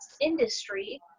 industry